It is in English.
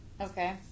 Okay